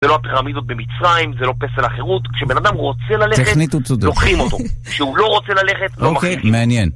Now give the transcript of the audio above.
זה לא הפירמידות במצרים, זה לא פסל החירות, כשבן אדם רוצה ללכת, לוקחים אותו, כשהוא לא רוצה ללכת, לא מכריחים.